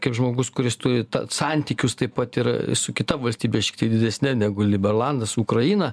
kaip žmogus kuris turi santykius taip pat ir su kita valstybe šiek tiek didesne negu liberlandas ukraina